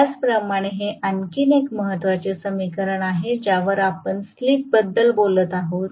त्याचप्रमाणे हे आणखी एक महत्त्वाचे समीकरण आहे ज्यावर आपण स्लिपबद्दल बोलत आहोत